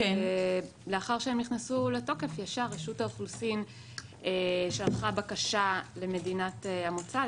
לאחר שהם נכנסו לתוקף מיד רשות האוכלוסין שלחה בקשה למדינות המוצא,